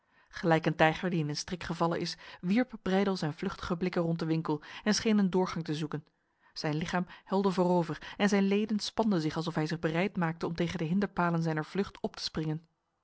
gelijk een tijger die in een strik gevallen is wierp breydel zijn vluchtige blikken rond de winkel en scheen een doorgang te zoeken zijn lichaam helde voorover en zijn leden spanden zich alsof hij zich bereid maakte om tegen de hinderpalen zijner vlucht op te springen